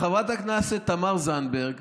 שחברת הכנסת תמר זנדברג